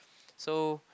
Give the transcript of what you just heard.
so